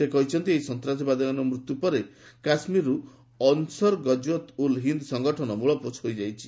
ସେ କହିଛନ୍ତି ଏହି ସନ୍ତାସବାଦୀମାନଙ୍କ ମୃତ୍ୟୁ ପରେ କାଶ୍ମୀରରୁ ଅନସର ଗଜୱତ୍ ଉଲ୍ ହିନ୍ଦ୍ ସଂଗଠନ ମୂଳପୋଛ ହୋଇଯାଇଛି